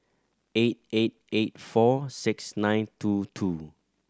eight eight eight four six nine two two